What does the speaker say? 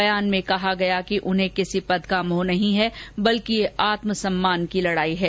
बयान में कहा गया कि उन्हें किसी पद का मोह नहीं है बल्कि यह आत्मसम्मान की लड़ाई है